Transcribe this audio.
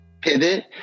pivot